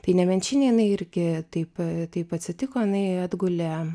tai nemenčinėj jinai irgi taip taip atsitiko jinai atgulė